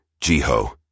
Jiho